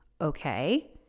Okay